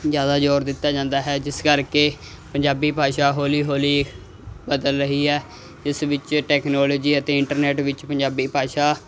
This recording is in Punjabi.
ਜ਼ਿਆਦਾ ਜ਼ੋਰ ਦਿੱਤਾ ਜਾਂਦਾ ਹੈ ਜਿਸ ਕਰਕੇ ਪੰਜਾਬੀ ਭਾਸ਼ਾ ਹੌਲੀ ਹੌਲੀ ਬਦਲ ਰਹੀ ਹੈ ਇਸ ਵਿੱਚ ਟੈਕਨੋਲੋਜੀ ਅਤੇ ਇੰਟਰਨੈਟ ਵਿੱਚ ਪੰਜਾਬੀ ਭਾਸ਼ਾ